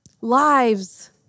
Lives